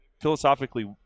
philosophically